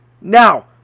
Now